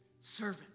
servant